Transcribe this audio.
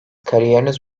kariyeriniz